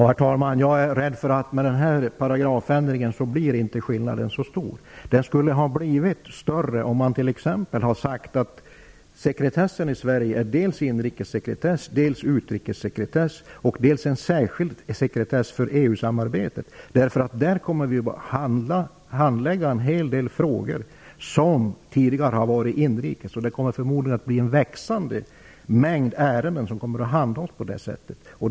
Herr talman! Jag är rädd för att med denna paragrafändring blir skillnaden inte så stor. Den skulle ha blivit större om det t.ex. hade sagts att sekretessen i Sverige skulle delas upp i dels inrikessekretess, dels utrikessekretess och dels en särskild sekretess för EU samarbete. En hel del tidigare inrikes frågor kommer att handläggas i EU. Det kommer förmodligen att vara ett växande antal ärenden som kommer att handhas på det sättet.